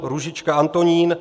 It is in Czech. Růžička Antonín